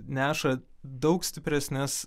neša daug stipresnes